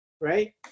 right